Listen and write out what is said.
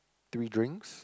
three drinks